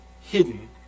hidden